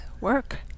work